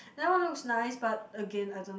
that one looks nice but again I don't